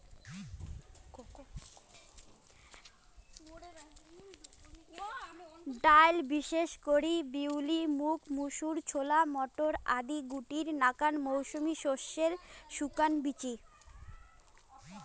ডাইল বিশেষ করি বিউলি, মুগ, মুসুর, ছোলা, মটর আদি শুটির নাকান মৌসুমী শস্যের শুকান বীচি